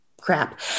crap